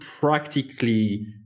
practically